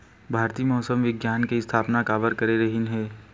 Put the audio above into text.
भारती मौसम विज्ञान के स्थापना काबर करे रहीन है?